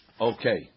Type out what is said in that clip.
okay